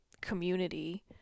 community